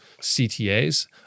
ctas